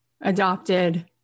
adopted